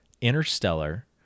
interstellar